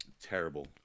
terrible